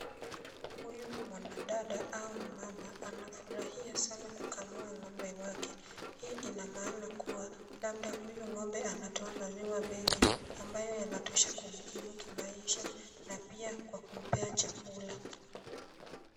Huyu mwanadada au mumama anafurahia sana kukamua ng'ombe wake, hii Ina maana kua labda huyu ng'ombe anatoa maziwa mengi ambayo yanatosha kumkimu kimaisha na pia kwa kumpea chakula .